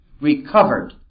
recovered